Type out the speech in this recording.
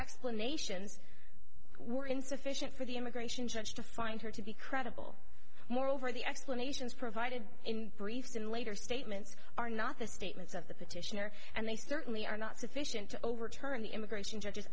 explanations were insufficient for the immigration judge to find her to be credible moreover the explanations provided in briefs in later statements are not the statements of the petitioner and they certainly are not sufficient to overturn the immigration judges